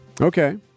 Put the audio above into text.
Okay